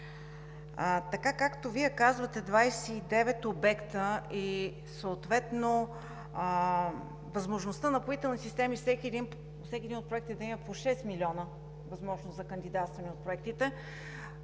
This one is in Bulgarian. Така, както Вие казвате – 29 обекта и съответно възможността Напоителни системи – всеки един от проектите, да има по 6 милиона възможност за кандидатстване от проектите,